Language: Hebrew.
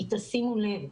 כי תשימו לב,